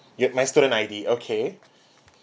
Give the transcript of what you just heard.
you my student I_D okay